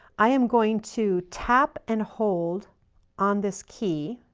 i am going to tap and hold on this key